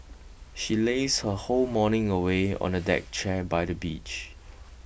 she lazed her whole morning away on a deck chair by the beach